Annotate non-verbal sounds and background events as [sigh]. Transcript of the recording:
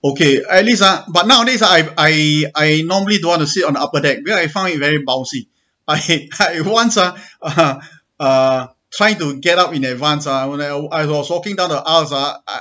okay at least ah but nowadays I I I normally don't want to sit on the upper deck because I found it very bouncy I [laughs] I once ah [laughs] uh try to get up in advance ah when like I wa~ I was walking down the aisle ah I